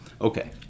okay